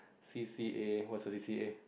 C_C_A what's your C_C_A